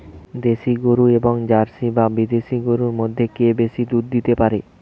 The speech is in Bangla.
দেশী গরু এবং জার্সি বা বিদেশি গরু মধ্যে কে বেশি দুধ দিতে পারে?